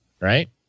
right